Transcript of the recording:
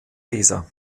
weser